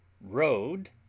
Road